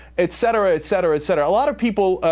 etc. etc. etc. a lot of people,